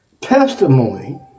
testimony